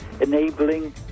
enabling